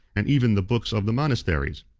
and even the books of the monasteries.